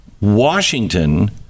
Washington